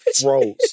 froze